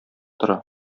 тора